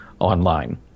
online